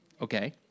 Okay